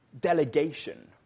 delegation